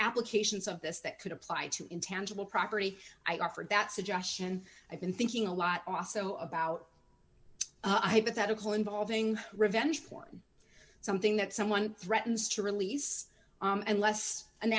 applications of this that could apply to intangible property i offered that suggestion i've been thinking a lot also about i put out a call involving revenge for something that someone threatens to release and less an